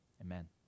amen